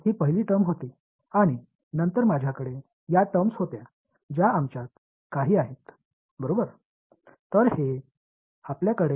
எனவே என்னிடம் ஏற்கனவே இருந்த இந்த வெளிப்பாட்டை இங்கே வைத்திருக்கிறேன் g 1 இது முதல் வெளிப்பாடு